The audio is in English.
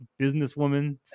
businesswoman